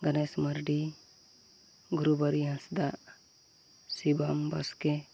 Ganesh Mardi Gurubari Hansda Shibam Baske